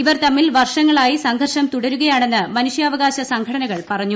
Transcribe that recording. ഇവർ തമ്മിൽ വർഷങ്ങളായി സംഘർഷം തുടരുകയാണെന്ന് മനുഷ്യാവകാശസംഘടനകൾ പറഞ്ഞു